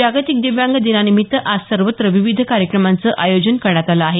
जागतिक दिंव्यांग दिनानिमित्त आज सर्वत्र विविध कार्यक्रमांचं आयोजन करण्यात आलं आहे